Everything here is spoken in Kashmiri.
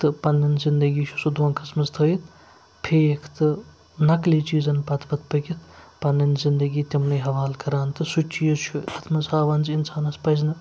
تہٕ پَنٕنۍ زِندگی چھُ سُہ دھونٛکھَس منٛز تھٲیِتھ پھیک تہٕ نقلی چیٖزَن پَتہٕ پَتہٕ پٔکِتھ پَنٕنۍ زِندگی تِمنٕے حوالہٕ کران تہٕ سُہ چیٖز چھُ تَتھ منٛز ہاوان زِ اِنسانَس پَزِ نہٕ